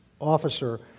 officer